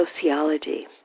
sociology